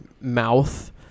mouth